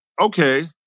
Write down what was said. okay